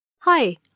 Hi